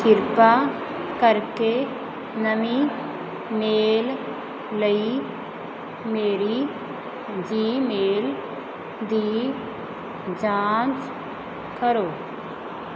ਕਿਰਪਾ ਕਰਕੇ ਨਵੀਂ ਮੇਲ ਲਈ ਮੇਰੀ ਜੀਮੇਲ ਦੀ ਜਾਂਚ ਕਰੋ